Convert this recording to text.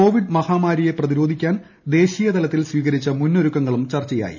Covid മഹാമാരിയെ പ്രതിരോധിക്കുന്നതിന് ദേശീയതലത്തിൽ സ്വീകരിച്ച മുന്നൊരുക്കങ്ങളും ചർച്ചയായി